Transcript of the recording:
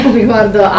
riguardo